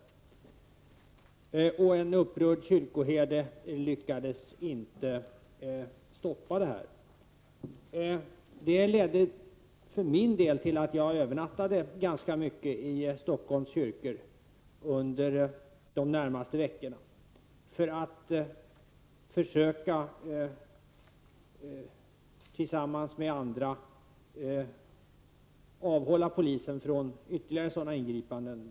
En upprörd kyrkoherde lyckades inte stoppa ingripandet. För min del ledde detta till att jag ganska ofta övernattade i Stockholms kyrkor under de närmaste veckorna, för att tillsammans med andra försöka avhålla polisen från ytterligare sådana ingripanden.